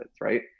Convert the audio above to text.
Right